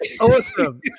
Awesome